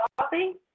coffee